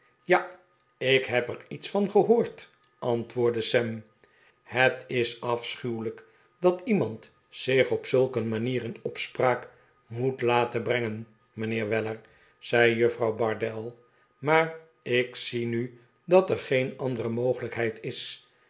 ja ik heb er iets van gehoord antwoordde sam het is afschuwelijk dat iemand zich op zulk een manier in opspraak moet laten brengen mijnheer weller zei juffrouw bardell maar ik zie nu dat er geen andere mogelijkheid is